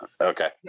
Okay